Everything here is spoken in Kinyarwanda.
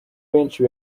benshi